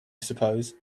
suppose